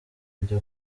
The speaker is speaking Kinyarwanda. kujya